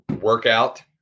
workout